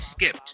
skipped